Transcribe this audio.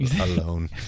Alone